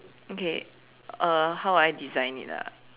okay uh how would I design it ah